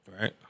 Right